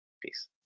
Peace